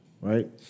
right